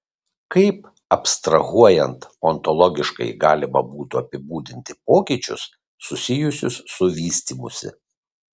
kaip abstrahuojant ontologiškai galima būtų apibūdinti pokyčius susijusius su vystymusi